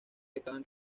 acaban